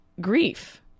grief